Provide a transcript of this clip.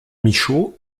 michot